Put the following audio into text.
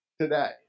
today